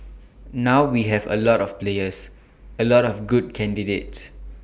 now we have A lot of players A lot of good candidates